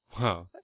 Wow